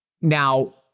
Now